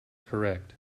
correct